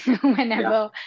whenever